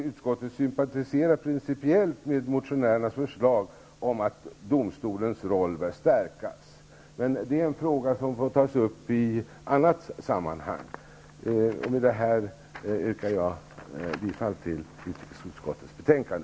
Utskottet sympatiserar principiellt med motionärernas förslag om att domstolens roll bör stärkas. Detta är dock en fråga som får tas upp i annat sammanhang. Fru talman! Med det anförda yrkar jag bifall till hemställan i utrikesutskottets betänkande.